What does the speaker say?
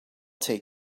take